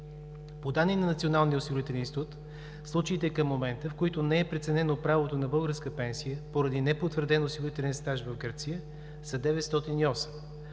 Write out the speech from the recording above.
По данни на Националния осигурителен институт (НОИ) случаите към момента, в които не е преценено правота на българска пенсия, поради непотвърден осигурителен стаж в Гърция, са 908.